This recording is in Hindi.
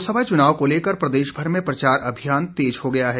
लोकसभा चुनाव को लेकर प्रदेशभर में प्रचार अभियान तेज हो गया है